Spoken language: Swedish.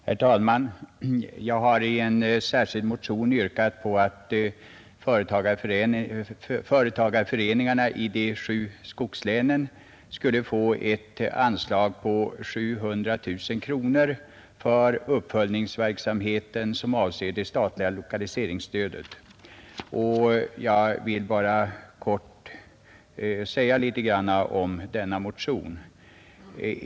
Herr talman! Jag har i en motion yrkat på att företagareföreningarna i de sju skogslänen skulle få ett anslag på 700 000 kronor för den uppföljningsverksamhet som avser det statliga lokaliseringsstödet. Jag vill bara kort säga något om denna motion.